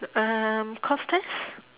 um cos test